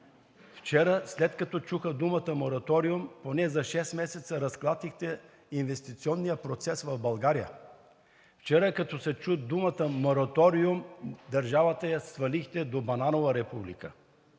Вчера, след като чуха думата „мораториум“, поне за шест месеца разклатихте инвестиционния процес в България. Вчера, когато се чу думата „мораториум“, държавата я свалихте до бананова република.